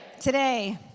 Today